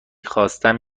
خواستم